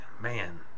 man